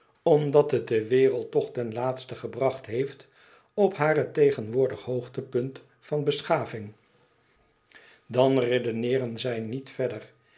omdat het de wereld tch ten laatste gebracht heeft op haar tegenwoordig hoogtepunt van beschaving dan redeneeren zij niet verder